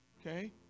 Okay